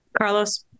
Carlos